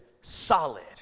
solid